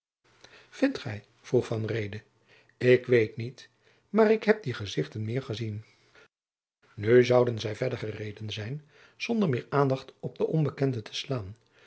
vindt gij vroeg van reede ik weet niet maar ik heb die gezichten meer gezien nu zouden zij verder gereden zijn zonder meer jacob van lennep de pleegzoon aandacht op de onbekenden te slaan